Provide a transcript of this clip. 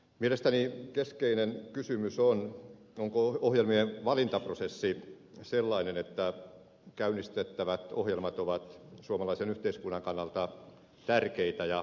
mielestäni keskeinen kysymys on onko ohjelmien valintaprosessi sellainen että käynnistettävät ohjelmat ovat suomalaisen yhteiskunnan kannalta tärkeitä ja tarkoituksenmukaisia